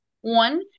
one